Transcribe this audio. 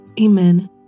Amen